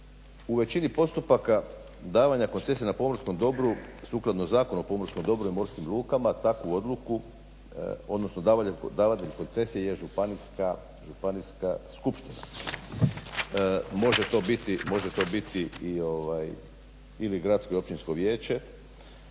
U većini postupaka davanja koncesija na pomorskom dobru sukladno Zakonu o pomorskom dobru i morskim lukama, takvu odluku, odnosno davatelj koncesije je županijska skupština. Može to biti i, ili gradsko i općinsko vijeće.